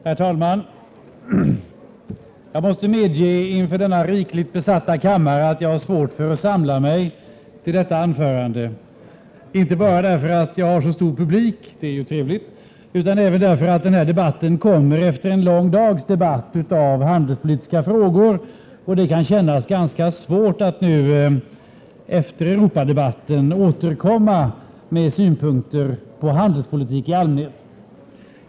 Herr talman! Jag måste medge, inför denna rikligt besatta kammare, att jag har svårt för att samla mig till detta anförande, inte bara därför att jag har så stor publik — det är ju trevligt — utan även därför att den här debatten kommer efter en lång dags debatt om handelspolitiska frågor. Det känns ganska svårt att nu, efter Europadebatten, återkomma med synpunkter på handelspolitik i allmänhet.